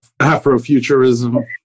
Afrofuturism